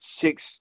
six